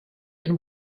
and